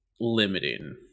limiting